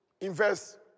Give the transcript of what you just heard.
invest